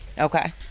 Okay